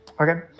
Okay